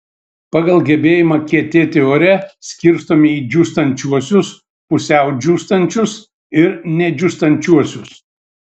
pagal gebėjimą kietėti ore skirstomi į džiūstančiuosius pusiau džiūstančius ir nedžiūstančiuosius